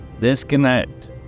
disconnect